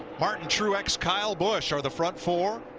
martin truex, kyle busch are the front four,